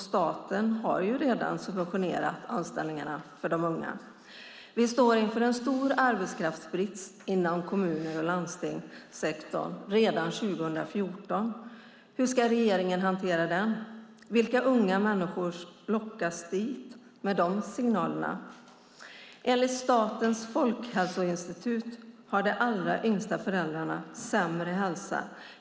Staten har ju redan subventionerat anställningarna för de unga. Vi står inför en stor arbetskraftsbrist inom kommun och landstingssektorn redan 2014. Hur ska regeringen hantera den? Vilka unga människor lockas dit med de signalerna? Enligt Statens folkhälsoinstitut har de allra yngsta föräldrarna sämre hälsa.